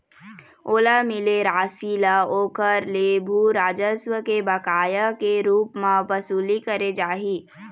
ओला मिले रासि ल ओखर ले भू राजस्व के बकाया के रुप म बसूली करे जाही